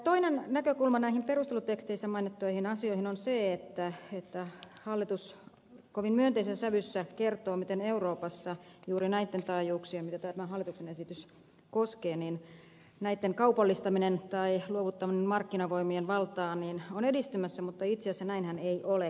toinen näkökulma näihin perusteluteksteissä mainittuihin asioihin on se että hallitus kovin myönteisessä sävyssä kertoo miten euroopassa juuri näitten taajuuksien joita tämä hallituksen esitys koskee kaupallistaminen tai luovuttaminen markkinavoimien valtaan on edistymässä mutta itse asiassa näinhän ei ole